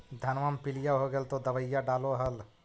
धनमा मे पीलिया हो गेल तो दबैया डालो हल?